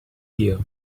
ear